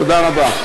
תודה רבה.